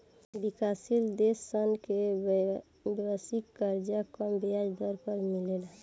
विकाशसील देश सन के वैश्विक कर्जा कम ब्याज दर पर भी मिलेला